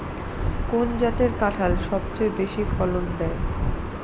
কোন জাতের কাঁঠাল সবচেয়ে বেশি ফলন দেয়?